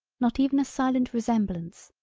not even a silent resemblance,